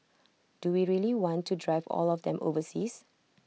do we really want to drive all of them overseas